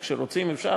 כשרוצים, אפשר.